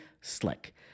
slick